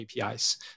APIs